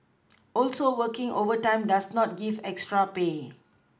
also working overtime does not give extra pay